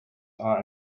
are